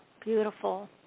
Beautiful